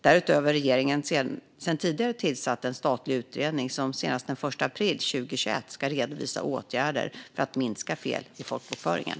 Därutöver har regeringen sedan tidigare tillsatt en statlig utredning som senast den 1 april 2021 ska redovisa åtgärder för att minska fel i folkbokföringen.